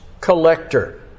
collector